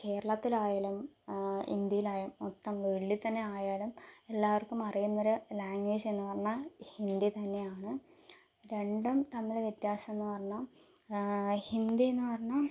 കേരളത്തിലായാലും ഇന്ത്യയിലായ മൊത്തം വേൾഡിൽ തന്നെ ആയാലും എല്ലാവർക്കും അറിയുന്നൊരു ലാംഗ്വേജെന്ന് പറഞ്ഞാൽ ഹിന്ദി തന്നെയാണ് രണ്ടും തമ്മില് വ്യത്യാസം എന്ന് പറഞ്ഞാൽ ഹിന്ദി എന്ന് പറഞ്ഞാൽ